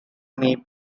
may